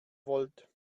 wollt